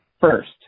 First